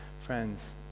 Friends